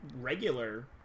regular